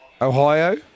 Ohio